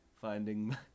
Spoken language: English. Finding